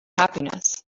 happiness